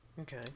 okay